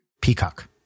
Peacock